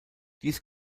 dies